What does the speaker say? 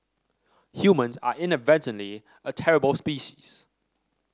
humans are inadvertently a terrible species